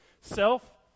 Self